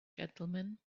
gentlemen